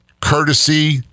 courtesy